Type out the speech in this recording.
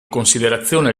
considerazione